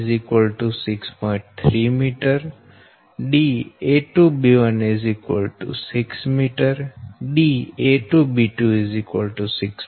1 m da2b3 6